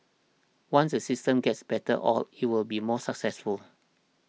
once the system gets better oiled it will be more successful